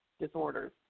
disorders